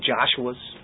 Joshua's